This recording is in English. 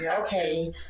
okay